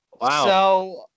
Wow